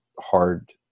hard